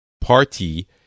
party